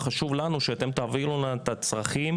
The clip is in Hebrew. וחשוב לנו שאתם תעבירו לנו את הצרכים,